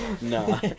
no